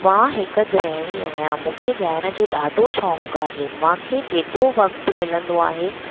मां हिकु गृहिणी आहियां मूंखे ॻाइण जो ॾाढो शौक़ु आहे मूंखे जेतिरो वक़्तु मिलंदो आहे